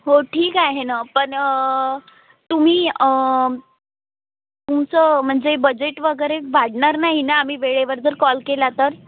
हो ठीक आहे ना पण तुम्ही तुमचं म्हणजे बजेट वगैरे वाढणार नाही ना आम्ही वेळेवर जर कॉल केला तर